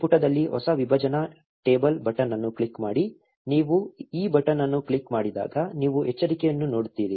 ಈ ಪುಟದಲ್ಲಿ ಹೊಸ ವಿಭಜನಾ ಟೇಬಲ್ ಬಟನ್ ಅನ್ನು ಕ್ಲಿಕ್ ಮಾಡಿ ನೀವು ಈ ಬಟನ್ ಅನ್ನು ಕ್ಲಿಕ್ ಮಾಡಿದಾಗ ನೀವು ಎಚ್ಚರಿಕೆಯನ್ನು ನೋಡುತ್ತೀರಿ